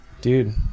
dude